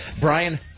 Brian